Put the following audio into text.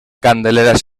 candelera